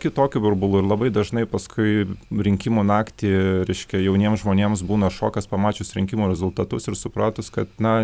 kitokių burbulų ir labai dažnai paskui rinkimų naktį reiškia jauniem žmonėms būna šokas pamačius rinkimų rezultatus ir supratus kad na